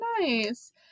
nice